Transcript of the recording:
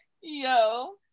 Yo